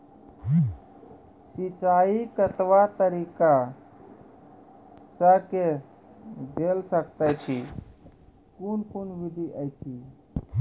सिंचाई कतवा तरीका सअ के जेल सकैत छी, कून कून विधि ऐछि?